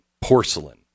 porcelain